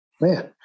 man